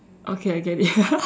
okay I get it